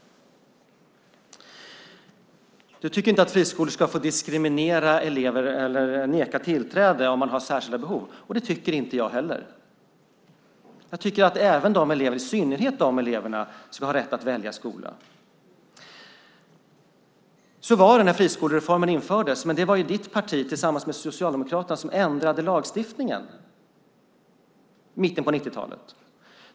Rossana Dinamarca tycker inte att friskolor ska få diskriminera elever eller neka elever med särskilda behov tillträde. Det tycker inte jag heller. Jag tycker att i synnerhet de eleverna ska ha rätt att välja skola. Så var det när friskolereformen infördes, men det var Vänsterpartiet som tillsammans med Socialdemokraterna ändrade lagstiftningen i mitten av 90-talet.